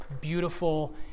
beautiful